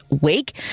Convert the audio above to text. wake